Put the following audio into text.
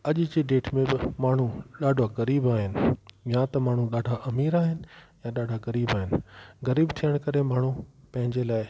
अॼु जी डेट में बि माण्हू ॾाढा ग़रीब आहिनि या त माण्हू डाढा अमीर आहिनि या ग़रीब आहिनि गराब थियण करे माण्हू पंहिंजे लाइ